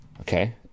Okay